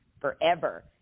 forever